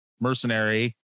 mercenary